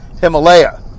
Himalaya